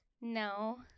No